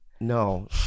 No